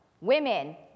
women